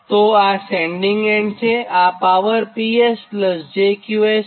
તો આ sending end છે અને તો પાવર Ps jQs છે